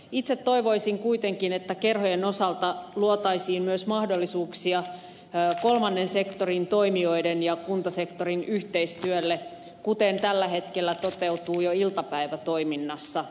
itse toivoisin kuitenkin että kerhojen osalta luotaisiin myös mahdollisuuksia kolmannen sektorin toimijoiden ja kuntasektorin yhteistyölle kuten tällä hetkellä toteutuu jo iltapäivätoiminnassa